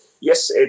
Yes